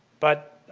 but